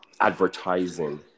advertising